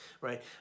right